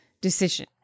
decision